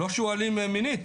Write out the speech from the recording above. לא שהוא אלים מינית.